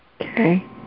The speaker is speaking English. Okay